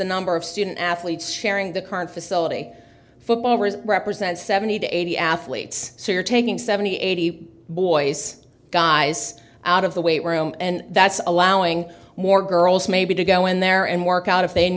the number of student athletes sharing the current facility footballers represent seventy to eighty athletes so you're taking seventy eighty boys guys out of the weight room and that's allowing more girls maybe to go in there and work out if they